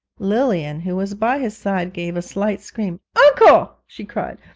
lilian, who was by his side, gave a slight scream. uncle, she cried,